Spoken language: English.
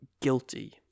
guilty